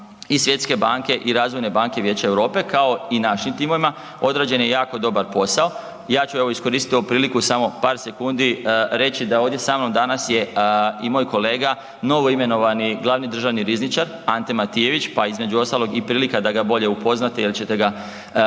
i Svjetske banke i Razvojne banke Vijeća Europe kao i našim timovima odrađen je jako dobar posao. Ja ću iskoristiti ovu priliku samo par sekundi reći da je ovdje danas sa mnom je i moj kolega novoimenovani glavni državni rizničar Ante Matijević pa između ostalog i prilika da ga bolje upoznate jel ćete ga često